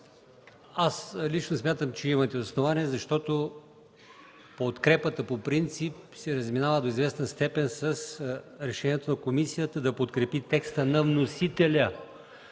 Аз лично смятам, че имате основание, защото подкрепата по принцип се разминава до известна степен с решението на комисията – да подкрепи текста на вносителя.